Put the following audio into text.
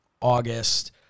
August